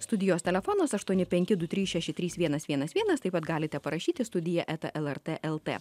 studijos telefonas aštuoni penki du trys šeši trys vienas vienas vienas taip pat galite parašyti studija eta lrt lt